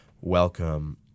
welcome